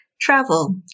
Travel